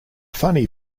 funny